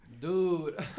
dude